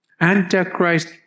Antichrist